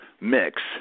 mix